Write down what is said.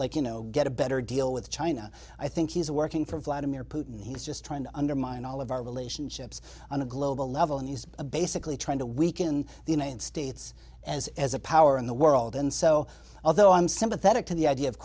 like you know get a better deal with china i think he's working for vladimir putin he's just trying to undermine all of our relationships on a global level and he's basically trying to weaken the united states as as a power in the world and so although i'm sympathetic to the idea of